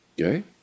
Okay